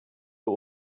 but